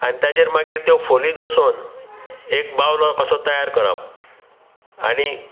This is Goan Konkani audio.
आनी ताचेर मागीर त्यो फोली दसून एक बावलो असो तयार करप आनी